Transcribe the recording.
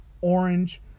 orange